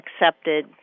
accepted